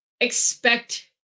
expect